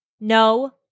no